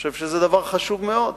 אני חושב שזה דבר חשוב מאוד.